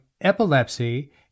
epilepsy